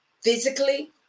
physically